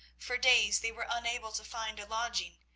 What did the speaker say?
for days they were unable to find a lodging,